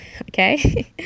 okay